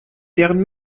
deren